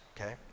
okay